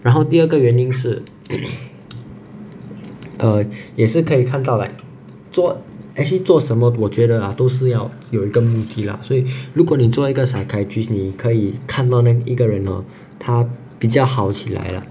然后第二个原因是 err 也是可以看到 like 做 actually 做什么我觉得啦都是要有一个目的啦所以如果你做一个 psychiatrist 你可以看到另一个人 hor 他比较好起来啦